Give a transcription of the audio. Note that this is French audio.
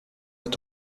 est